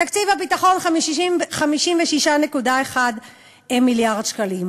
תקציב הביטחון הוא 56.1 מיליארד שקלים.